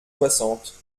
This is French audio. soixante